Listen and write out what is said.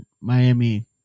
Miami